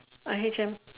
I_H_M